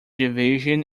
division